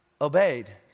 obeyed